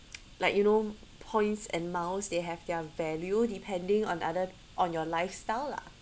like you know points and miles they have their value depending on other on your lifestyle lah